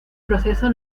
proceso